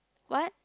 what